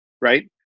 right